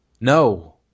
No